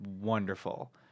wonderful